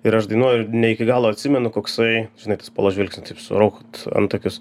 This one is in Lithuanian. ir aš dainuoju ne iki galo atsimenu koksai nai tas polo žvilgsnis taip suraukt antakius